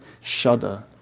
shudder